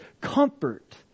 comfort